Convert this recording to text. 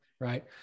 right